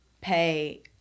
pay